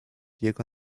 jego